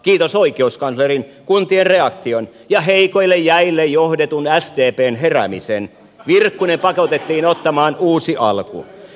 kiitos oikeuskanslerin kuntien reaktion ja heikoille jäille johdetun sdpn heräämisen virkkunen pakotettiin ottamaan uusi alku